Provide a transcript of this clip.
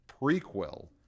prequel